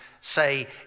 say